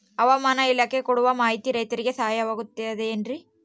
ಹವಮಾನ ಇಲಾಖೆ ಕೊಡುವ ಮಾಹಿತಿ ರೈತರಿಗೆ ಸಹಾಯವಾಗುತ್ತದೆ ಏನ್ರಿ?